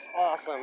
awesome